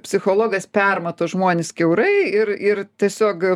psichologas permato žmones kiaurai ir ir tiesiog